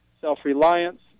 self-reliance